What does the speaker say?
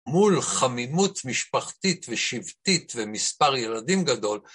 מול חמימות משפחתית ושבטית ומספר ילדים גדול